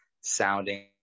sounding